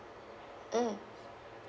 mm